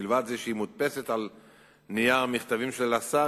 מלבד זה שהיא מודפסת על נייר מכתבים של השר,